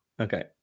Okay